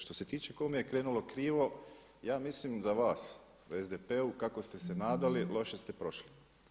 Što se tiče kome je krenulo krivo, ja mislim da vas u SDP-u kako ste se nadali loše ste prošli.